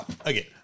Again